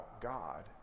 God